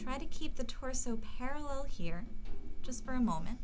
try to keep the torso parallel here just for a moment